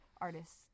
artists